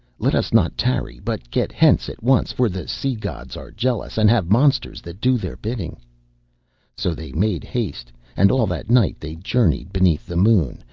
let us not tarry, but get hence at once, for the sea-gods are jealous, and have monsters that do their bidding so they made haste, and all that night they journeyed beneath the moon,